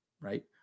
right